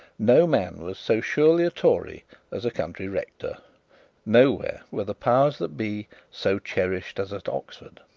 no man was so surely a tory as a country rector nowhere were the powers that be so cherished as at oxford.